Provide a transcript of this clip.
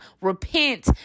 repent